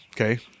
Okay